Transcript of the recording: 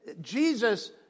Jesus